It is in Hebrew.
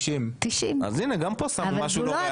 90. אז הנה גם פה שמו משהו לא ריאלי.